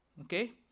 okay